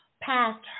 past